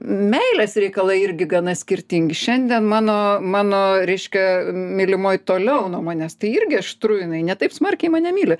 meilės reikalai irgi gana skirtingi šiandien mano mano reiškia mylimoji toliau nuo manęs tai irgi aštru jinai ne taip smarkiai mane myli